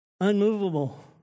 unmovable